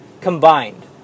combined